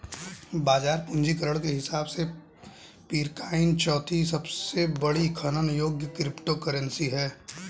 बाजार पूंजीकरण के हिसाब से पीरकॉइन चौथी सबसे बड़ी खनन योग्य क्रिप्टोकरेंसी है